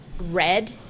red